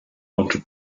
into